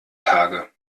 tage